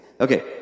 Okay